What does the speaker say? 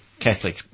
Catholic